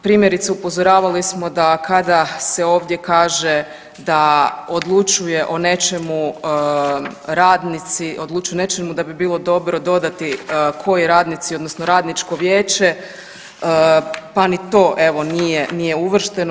Primjerice upozoravali smo da kada se ovdje kaže da odlučuje o nečemu radnici, odlučuju o nečemu da bi bilo dobro dodati koji radnici odnosno radničko vijeće, pa ni to evo nije, nije uvršteno.